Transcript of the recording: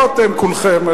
לא אתם כולכם,